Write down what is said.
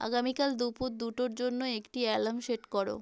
আগামীকাল দুপুর দুটোর জন্য একটি অ্যালার্ম সেট করো